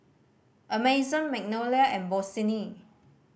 Amazon Magnolia and Bossini